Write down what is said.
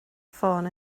ffôn